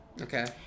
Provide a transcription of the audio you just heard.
Okay